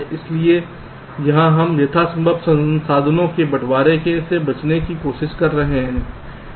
इसलिए यहां हम यथासंभव संसाधनों के बंटवारे से बचने की कोशिश कर रहे हैं